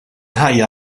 ħajja